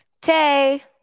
Tay